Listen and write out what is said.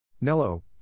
Nello